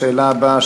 השאלה הבאה,